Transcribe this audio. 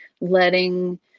letting